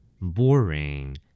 Boring